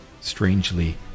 strangely